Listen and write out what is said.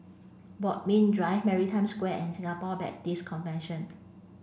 Bodmin Drive Maritime Square and Singapore Baptist Convention